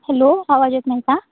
hello आवाज येत नाही का